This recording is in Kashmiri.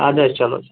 اَدٕ حظ چلو